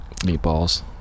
Meatballs